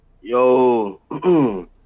Yo